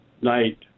night